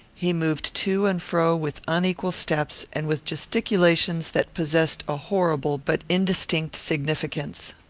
he moved to and fro with unequal steps, and with gesticulations that possessed a horrible but indistinct significance.